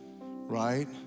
right